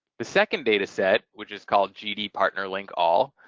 the second data set, which is called gd partner link all,